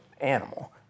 animal